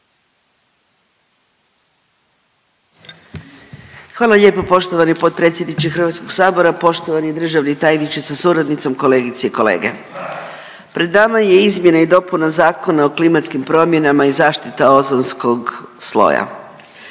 Hvala lijepa poštovani potpredsjedniče Hrvatskog sabora. Poštovani državni tajniče sa suradnicom, kolegice i kolege, pred nama je izmjena i dopuna Zakona o klimatskim promjenama i zaštita ozonskog sloja.